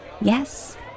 Yes